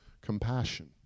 compassion